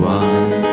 one